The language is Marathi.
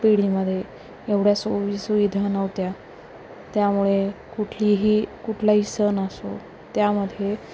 पिढीमध्ये एवढ्या सोयीसुविधा नव्हत्या त्यामुळे कुठलीही कुठलाही सण असो त्यामध्ये